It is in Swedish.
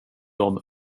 dem